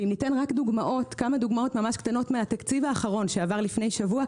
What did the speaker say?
אם ניתן כמה דוגמאות מהתקציב האחרון שעבר כאן לפני שבוע,